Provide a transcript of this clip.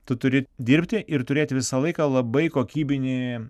tu turi dirbti ir turėti visą laiką labai kokybinį